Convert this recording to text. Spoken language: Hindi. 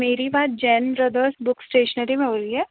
मेरी बात जैन ब्रदर्स बुक स्टेशनरी में हो रही है